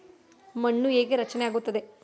ಮಣ್ಣು ಹೇಗೆ ರಚನೆ ಆಗುತ್ತದೆ?